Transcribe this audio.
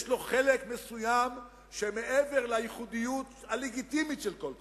יש לו חלק מסוים שמעבר לייחודיות הלגיטימית של כל קבוצה,